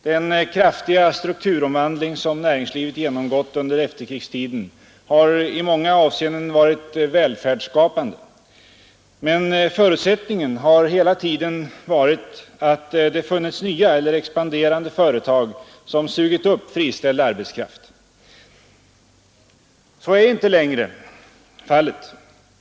Den kraftiga strukturomvandling som näringslivet genomgått under efterkrigstiden har i många avseenden varit välfärdsskapande, men förutsättningen har hela tiden varit att det funnits nya eller expanderande företag som sugit upp friställd arbetskraft. Så är inte längre fallet.